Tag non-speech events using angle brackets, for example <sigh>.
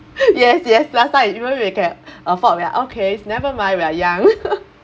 <laughs> yes yes last time even we can <breath> afford we are okays never mind we are young <laughs>